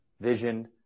vision